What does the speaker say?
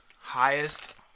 highest